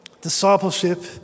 Discipleship